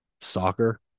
soccer